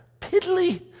piddly